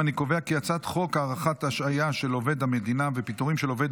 חוק הארכת השעיה של עובד המדינה ופיטורים של עובד